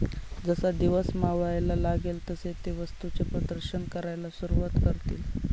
जसा दिवस मावळायला लागेल तसे ते वस्तूंचे प्रदर्शन करायला सुरुवात करतील